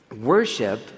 Worship